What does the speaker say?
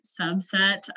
subset